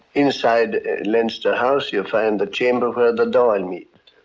inside leinster house you'll find the chamber where the dail and meet.